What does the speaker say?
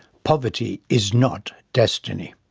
poverty is not destiny.